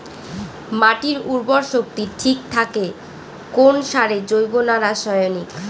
মাটির উর্বর শক্তি ঠিক থাকে কোন সারে জৈব না রাসায়নিক?